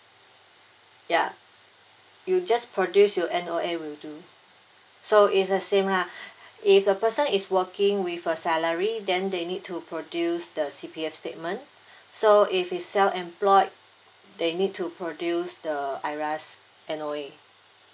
yup you just produce your N_O_A will do so it's the same lah if the person is working with a salary then they need to produce the C_P_F statement so if he's self employed they need to produce the IRAS N_O_A